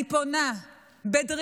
אני פונה בדרישה